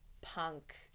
punk